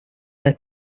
her